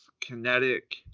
kinetic